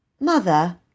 Mother